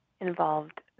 involved